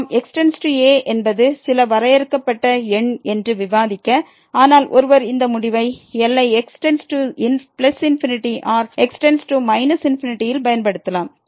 நாம் x→a என்பது சில வரையறுக்கப்பட்ட எண் என்று விவாதிக்க ஆனால் ஒருவர் இந்த முடிவை எல்லை x→∞ or x→ ∞ ல் பயன்படுத்தலாம்